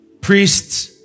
priests